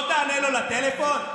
לא תענה לו לטלפון?